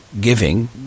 giving